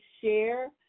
share